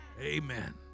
Amen